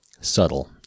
subtle